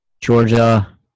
Georgia